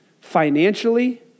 financially